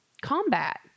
combat